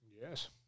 Yes